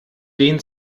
den